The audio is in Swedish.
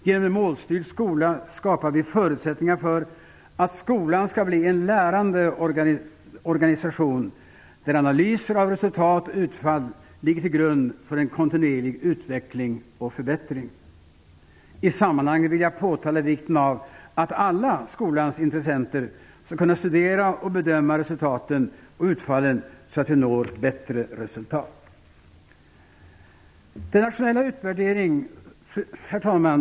Genom en målstyrd skola skapar vi förutsättningar för att skolan skall bli en lärande organisation, där analyser av resultat och utfall ligger till grund för en kontinuerlig utveckling och förbättring. I det sammanhanget vill jag påpeka vikten av att alla skolans intressenter skall kunna studera och bedöma resulten och utfallen så att vi når bättre resultat. Herr talman!